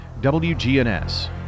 WGNS